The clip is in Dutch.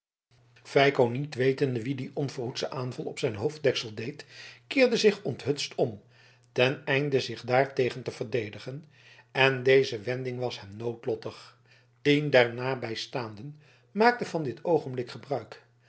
feiko niet wetende wie dien onverhoedschen aanval op zijn hoofddeksel deed keerde zich onthutst om ten einde zich daartegen te verdedigen en deze wending was hem noodlottig tien der naastbijstaanden maakten van dit oogenblik gebruik